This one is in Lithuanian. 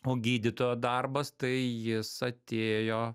o gydytojo darbas tai jis atėjo